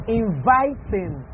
inviting